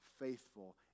faithful